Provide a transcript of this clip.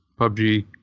PUBG